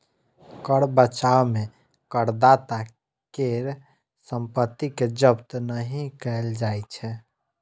कर बचाव मे करदाता केर संपत्ति कें जब्त नहि कैल जाइ छै